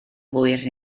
hwyr